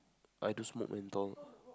I do smoke menthol